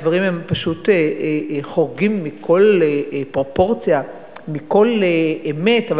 הדברים פשוט חורגים מכל פרופורציה ומכל אמת.